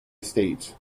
estate